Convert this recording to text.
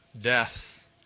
death